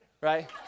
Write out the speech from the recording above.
right